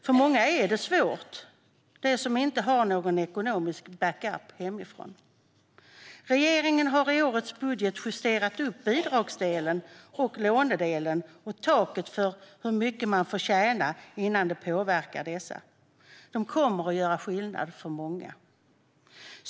För många som inte har någon ekonomisk backup hemifrån är det svårt. Regeringen har i årets budget justerat upp både bidragsdelen och lånedelen samt taket för hur mycket man får tjäna innan det påverkar dessa. Detta kommer att göra skillnad för många.